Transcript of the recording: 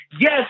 yes